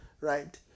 right